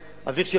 אביך,